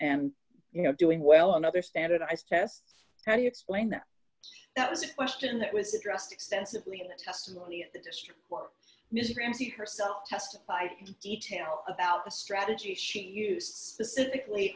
and you know doing well d another standardized tests how do you explain that that was a question that was addressed extensively in the testimony at the district for mrs ramsey herself test by detail about the strategy she use the cynically